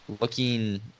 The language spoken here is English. Looking